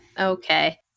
okay